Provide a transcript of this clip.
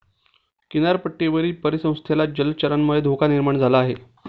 किनारपट्टीवरील परिसंस्थेला जलचरांमुळे धोका निर्माण झाला आहे